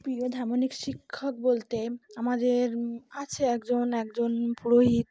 প্রিয় শিক্ষক বলতে আমাদের আছে একজন একজন পুরোহিত